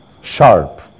sharp